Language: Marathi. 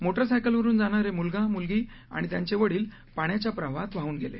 मोटार सायकलवरून जाणारे मुलगा मुलगी आणी त्यांचे वडील पाण्याच्या प्रवाहात वाहून गेले